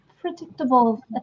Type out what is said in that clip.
predictable